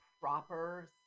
proper